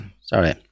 sorry